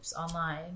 online